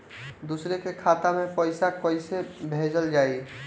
दूसरे के खाता में पइसा केइसे भेजल जाइ?